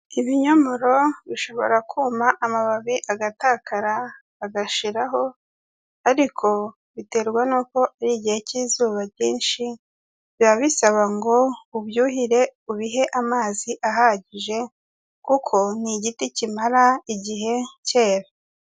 Ibinyomoro bishobora kuma amababi agatakara agashiraho, ariko biterwa n'uko ari igihe cy'izuba ryinshi biba bisaba ngo ubyuhire ubihe amazi ahagije, kuko ni igiti kimara igihe cyera.